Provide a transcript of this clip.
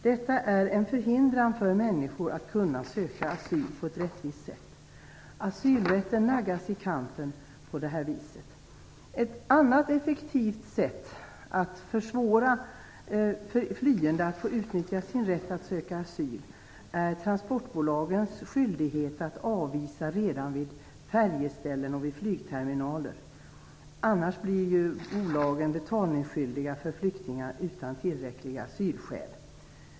Detta är ett hinder för människor att kunna söka asyl på ett rättvist sätt. Asylrätten naggas i kanten på det viset. Ett annat effektivt sätt att försvåra för flyende att kunna utnyttja sin rätt att söka asyl är transportbolagens skyldighet att avvisa redan vid färjeställen och flygterminaler. Fullgörs inte denna skyldighet blir bolagen betalningsskyldiga för flyktingar utan tillräckliga asylskäl.